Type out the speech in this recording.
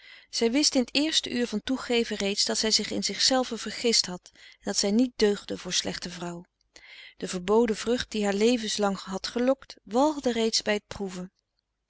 zij wist in t eerste uur van toegeven reeds dat zij zich in zichzelve vergist had en dat zij niet deugde voor slechte vrouw de verboden vrucht die haar levenslang had gelokt walgde reeds bij t proeven